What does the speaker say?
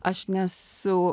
aš nesu